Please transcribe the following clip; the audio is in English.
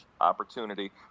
opportunity